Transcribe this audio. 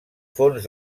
fons